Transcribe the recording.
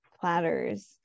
platters